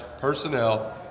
personnel